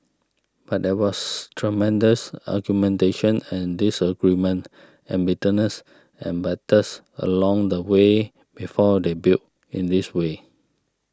but there was tremendous argumentation and disagreement and bitterness and battles along the way before they built in this way